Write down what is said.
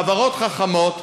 חברות חכמות,